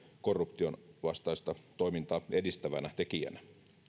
korruption vastaista toimintaa edistävänä tekijänä